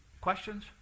Questions